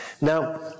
Now